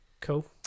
Cool